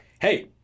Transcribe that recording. Hey